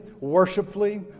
worshipfully